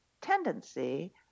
tendency